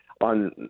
on